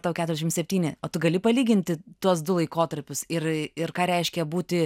tau keturiasdešim septyni o tu gali palyginti tuos du laikotarpius ir ir ką reiškia būti